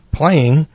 playing